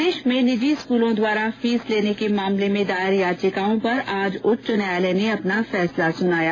प्रदेश में निजी स्कूलों द्वारा फीस लेने के मामले में दायर याचिकाओं पर आज उच्च न्यायालय ने अपना फैसला सुनाया